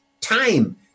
time